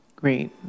Great